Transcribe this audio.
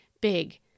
big